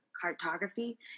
cartography